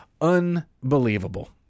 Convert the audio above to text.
Unbelievable